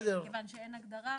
כיוון שאין הגדרה.